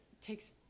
takes